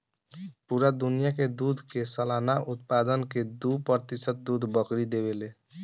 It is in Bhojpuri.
पूरा दुनिया के दूध के सालाना उत्पादन के दू प्रतिशत दूध बकरी देवे ले